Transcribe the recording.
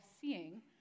seeing